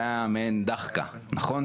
זה היה מעין דחקה, נכון?